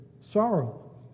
sorrow